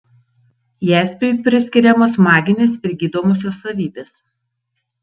jaspiui priskiriamos maginės ir gydomosios savybės